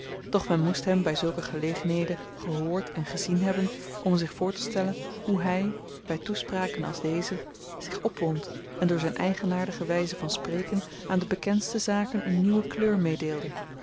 doch men moest hem by zulke gelegenheden gehoord en gezien hebben om zich voortestellen hoe hy by toespraken als deze zich opwond en door zyn eigenaardige wyze van spreken aan de bekendste zaken een nieuwe kleur meedeelde